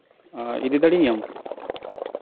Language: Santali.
ᱤᱫᱤ ᱫᱟᱲᱮᱭᱟᱹᱧ ᱟᱢ